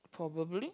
probably